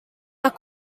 are